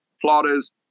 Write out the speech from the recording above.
plotters